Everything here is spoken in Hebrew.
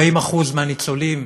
40% מהניצולים